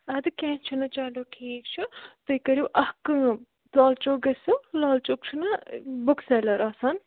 اَدٕ کینٛہہ چھُ نہٕ چلو ٹھیٖک چھُ تُہۍ کٔرِو اکھ کٲم لالچوک گٔژھِو لالچوک چھُ نہ بُک سیٚلَر آسان